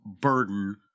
burden